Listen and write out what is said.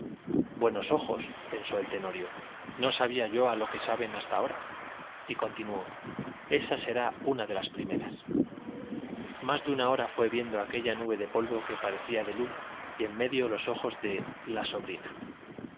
buenos ojos pensó el tenorio no sabía yo a lo que saben hasta ahora y continuó esa será una de las primeras más de una hora fue viendo aquella nube de polvo que parecía de luz y en medio los ojos de la sobrina